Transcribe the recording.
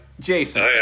Jason